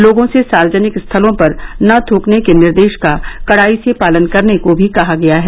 लोगों से सार्वजनिक स्थलों पर न थूकने के निर्देश का कड़ाई से पालन करने को भी कहा गया है